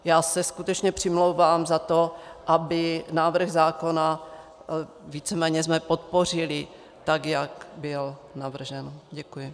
Já se skutečně přimlouvám za to, abychom návrh zákona víceméně podpořili tak, jak byl navržen. Děkuji.